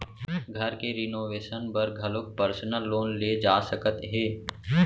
घर के रिनोवेसन बर घलोक परसनल लोन ले जा सकत हे